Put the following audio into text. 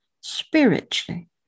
spiritually